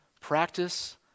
practice